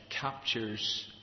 captures